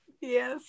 Yes